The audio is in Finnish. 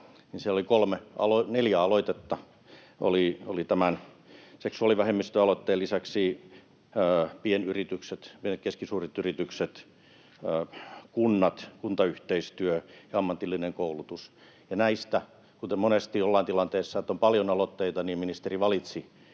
niin siellä oli neljä aloitetta: oli tämän seksuaalivähemmistöaloitteen lisäksi pienet ja keskisuuret yritykset, kunnat ja kuntayhteistyö ja ammatillinen koulutus. Monesti ollaan siinä tilanteessa, että on paljon aloitteita, ja näistä ministeri valitsi